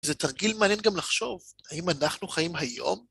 זה תרגיל מעניין גם לחשוב, האם אנחנו חיים היום?